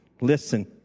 listen